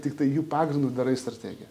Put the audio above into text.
tiktai jų pagrindu darai strategiją